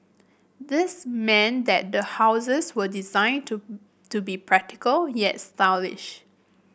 this meant that the houses were designed to to be practical yet stylish